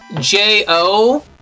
J-O